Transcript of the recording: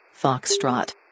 Foxtrot